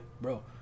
bro